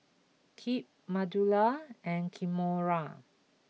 Kip Manuela and Kimora